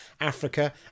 Africa